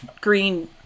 green